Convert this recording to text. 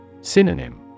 Synonym